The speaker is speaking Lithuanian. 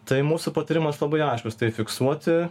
tai mūsų patarimas labai aiškus tai fiksuoti